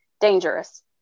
dangerous